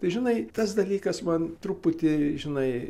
tai žinai tas dalykas man truputį žinai